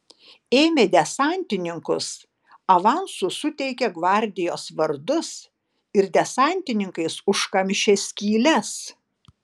ėmė desantininkus avansu suteikė gvardijos vardus ir desantininkais užkamšė skyles